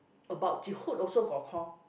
about